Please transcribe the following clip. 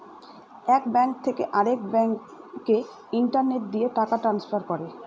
এক ব্যাঙ্ক থেকে আরেক ব্যাঙ্কে ইন্টারনেট দিয়ে টাকা ট্রান্সফার করে